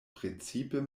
precipe